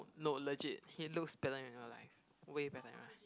no legit he looks better in real life way better in real life